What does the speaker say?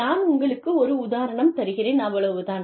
நான் உங்களுக்கு ஒரு உதாரணம் தருகிறேன் அவ்வளவுதான்